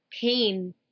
pain